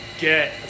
get